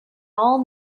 all